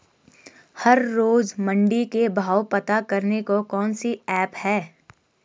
हर रोज़ मंडी के भाव पता करने को कौन सी ऐप है?